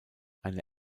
eine